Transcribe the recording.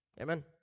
Amen